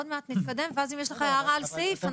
עוד מעט נתקדם ואז אם יש לך הערה על סעיף.